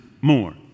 more